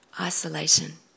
isolation